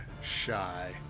shy